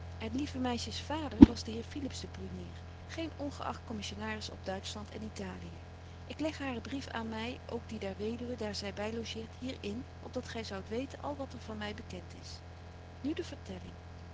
lieve meisjes vader was de heer philips de brunier geen ongeacht commissionaris op duitschland en italien ik leg haren brief aan my ook die der weduwe daar zy by logeert hier in op dat gy zoudt weten al wat er my van bekent is nu de vertelling